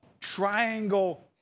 Triangle